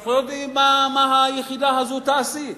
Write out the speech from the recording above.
אנחנו לא יודעים מה היחידה הזו תעשה.